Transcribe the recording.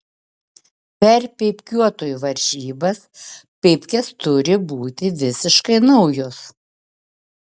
per pypkiuotojų varžybas pypkės turi būti visiškai naujos